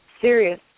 serious